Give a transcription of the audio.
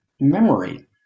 memory